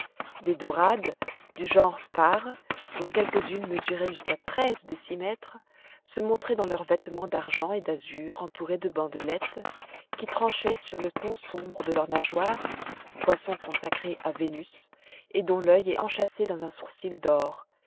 des dorades du genre spare dont quelques-unes mesuraient jusqu'à treize décimètres se montraient dans leur vêtement d'argent et d'azur entouré de bandelettes qui tranchait sur le ton sombre de leurs nageoires poissons consacrés à vénus et dont l'oeil est enchâssé dans un sourcil d'or